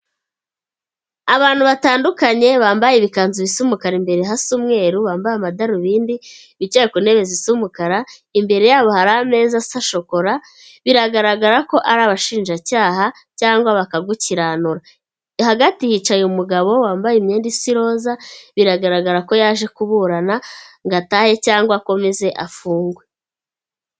Abantu batandukanye bambaye ibikanzu bisa umukara, imbere hasa umweru, bambaye amadarubindi, bicaye ku ntebe zisa umukara, imbere yabo hari ameza asa shokora, biragaragara ko ari abashinjacyaha cyangwa bakagukiranura. Hagati hicaye umugabo wambaye imyenda isa iroza, biragaragara ko yaje kuburana ngo atahe cyangwa akomeze afungwe.